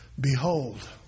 Behold